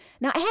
Now